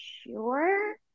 sure